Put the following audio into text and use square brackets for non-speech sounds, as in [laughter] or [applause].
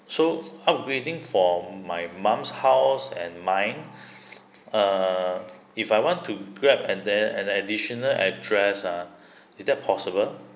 so upgrading for my mum's house and mine [breath] uh if I want to grab and add an additional address ah is that possible